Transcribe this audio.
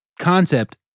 concept